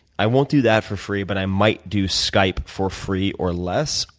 i won't do that for free, but i might do skype for free or less,